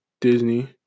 Disney